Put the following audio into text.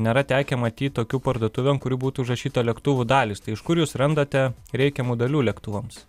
nėra tekę matyt tokių parduotuvių ant kurių būtų užrašyta lėktuvų dalys tai iš kur jūs randate reikiamų dalių lėktuvams